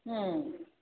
ꯎꯝ